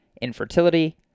infertility